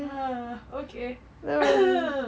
ah okay hmm